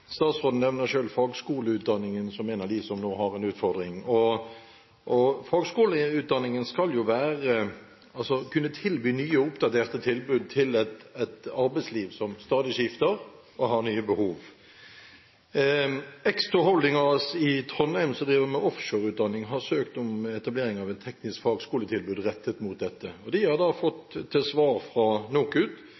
Statsråden nevner selv fagskoleutdanningen som en av dem som nå har en utfordring. Fagskoleutdanningen skal jo kunne tilby nye, oppdaterte tilbud til et arbeidsliv som stadig skifter og har nye behov. Exto Holding AS i Trondheim, som driver med offshoreutdanning, har søkt om etablering av et teknisk fagskoletilbud rettet mot dette. De har